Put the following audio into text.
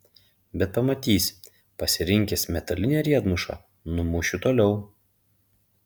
bet pamatysi pasirinkęs metalinę riedmušą numušiu toliau